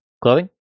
clothing